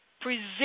Present